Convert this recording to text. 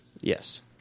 Yes